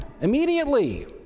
immediately